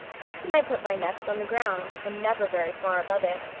often i put my nest on the ground, and never very far above it.